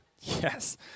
Yes